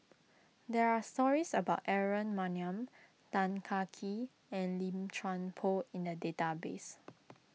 there are stories about Aaron Maniam Tan Kah Kee and Lim Chuan Poh in the database